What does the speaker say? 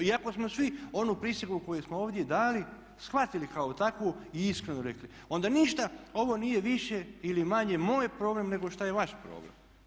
I ako smo svi onu prisegu koju smo ovdje dali shvatili kao takvu i iskreno rekli onda ništa ovo nije više ili manje moj problem nego što je vaš problem.